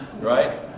right